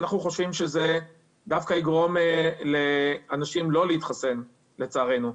אנחנו חושבים שזה דווקא יגרום לאנשים לא להתחסן לצערנו.